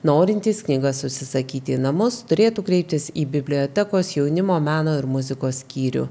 norintys knygas užsisakyti į namus turėtų kreiptis į bibliotekos jaunimo meno ir muzikos skyrių